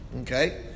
Okay